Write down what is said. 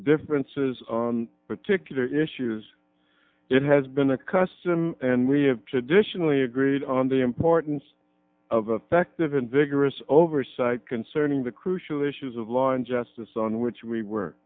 differences on particular issues it has been a custom and we have traditionally agreed on the importance of effective and vigorous oversight concerning the crucial issues of law and justice on which we were